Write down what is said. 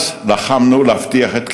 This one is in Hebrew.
אז לחמנו להבטיח את קיומנו,